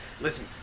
listen